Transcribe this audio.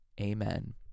Amen